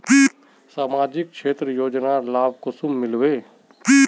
सामाजिक क्षेत्र योजनार लाभ कुंसम मिलबे?